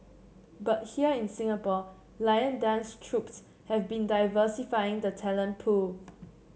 but here in Singapore lion dance troupes have been diversifying the talent pool